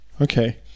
Okay